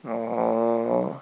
orh